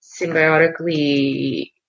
symbiotically